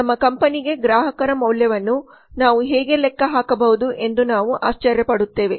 ನಮ್ಮ ಕಂಪನಿಗೆ ಗ್ರಾಹಕರ ಮೌಲ್ಯವನ್ನು ನಾವು ಹೇಗೆ ಲೆಕ್ಕ ಹಾಕಬಹುದು ಎಂದು ನಾವು ಆಶ್ಚರ್ಯ ಪಡುತ್ತೇವೆ